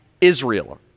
Israel